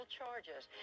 charges